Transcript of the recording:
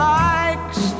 likes